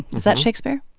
is that shakespeare?